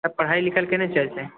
तब पढ़ाइ लिखाइ केना चलते